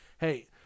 Hey